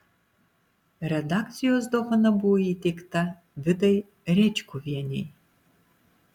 redakcijos dovana buvo įteikta vidai rėčkuvienei